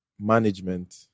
management